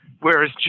whereas